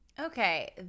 Okay